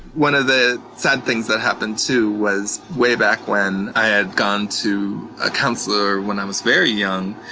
one of the sad things that happened too was way back when i had gone to a counsellor when i was very young.